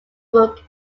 brook